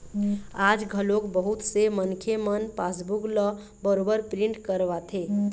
आज घलोक बहुत से मनखे मन पासबूक ल बरोबर प्रिंट करवाथे